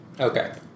okay